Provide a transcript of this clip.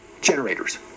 generators